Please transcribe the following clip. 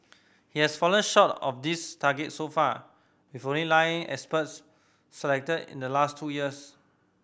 it has fallen short of this target so far with only nine experts selected in the last two years